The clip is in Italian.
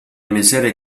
miserie